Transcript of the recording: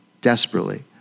desperately